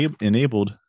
enabled